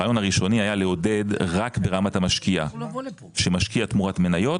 הרעיון הראשוני היה לעודד רק ברמת של משקיע שמשקיע תמורת מניות,